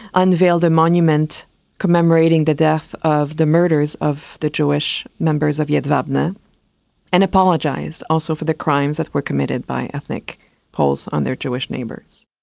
unveiled a monument commemorating the death of the murders of the jewish members of yeah jedwabne, and apologised also for the crimes that were committed by ethnic poles on their jewish neighbours.